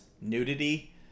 nudity